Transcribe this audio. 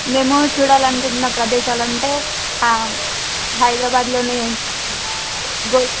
మేము చూడాలి అనుకున్న ప్రదేశాలు అంటే ఆ హైదరాబాద్లోని గోల్కొ